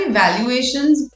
valuations